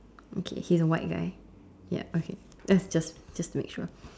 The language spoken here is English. okay he's a white guy ya okay just just just to make sure